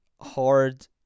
hard